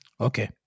okay